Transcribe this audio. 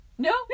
No